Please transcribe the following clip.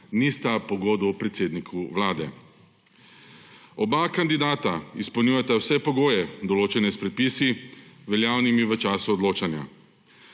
nista po godu predsedniku Vlade. Oba kandidata izpolnjujeta vse pogoje določene s predpisi veljavnimi v času odločanja.